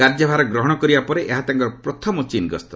କାର୍ଯ୍ୟଭାର ଗ୍ରହଣ କରିବା ପରେ ଏହା ତାଙ୍କର ପ୍ରଥମ ଚୀନ୍ ଗସ୍ତ